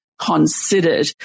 considered